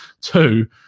Two